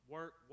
Work